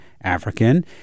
African